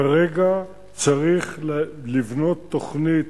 כרגע צריך לבנות תוכנית